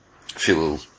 feel